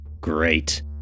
great